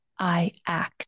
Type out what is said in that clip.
IACT